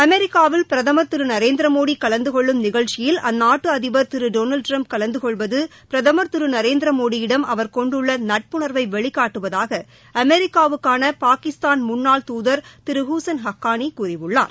அமெிக்காவில் பிரதமர் திரு நரேந்திரமோடி கலந்து கொள்ளும் நிகழ்ச்சியில் அந்நாட்டு அதிபர் திரு டொனால்டு ட்டிரம்ப் கலந்து கொள்வது பிரதம் திரு நரேந்திரமோடியிடம் அவர் கொண்டுள்ள நட்புணர்வை வெளிக்காட்டுவதாக அமெரிக்காவுக்கான பாகிஸ்தான் முன்னாள் தூதர் திரு ஹுஸைன் ஹக்கானி கூறியுள்ளார்